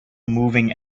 moving